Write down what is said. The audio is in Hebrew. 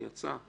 הוא יצא.